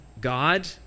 God